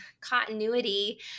continuity